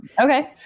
Okay